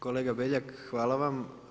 Kolega Beljak hvala vam.